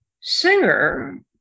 singer